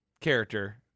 character